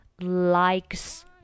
likes